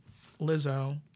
Lizzo